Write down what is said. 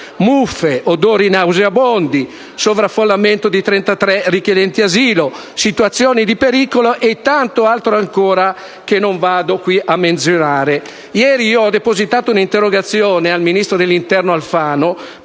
muffe, odori nauseabondi, sovraffollamento di 33 richiedenti asilo, situazioni di pericolo e tanto altro ancora, che non vado a menzionare. Ieri ho depositato un'interrogazione rivolta al ministro dell'interno Alfano